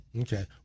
Okay